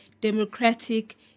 democratic